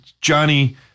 Johnny